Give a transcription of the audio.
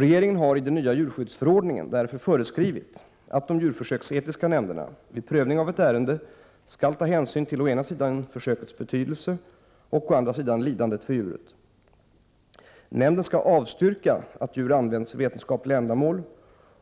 Regeringen har i den nya djurskyddsförordningen därför föreskrivit att de djurförsöksetiska nämnderna vid prövning av ett ärende skall ta hänsyn till å ena sidan försökets betydelse och å andra sidan lidandet för djuret. Nämnden skall avstyrka att djur används för vetenskapliga ändamål,